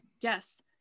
yes